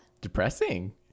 depressing